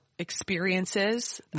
experiences